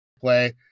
play